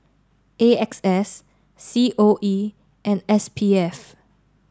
A X S C O E and S P F